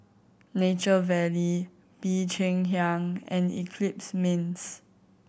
Nature Valley Bee Cheng Hiang and Eclipse Mints